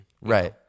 Right